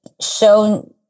shown